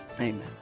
Amen